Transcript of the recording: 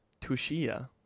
Tushia